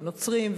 והנוצרים,